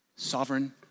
sovereign